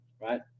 right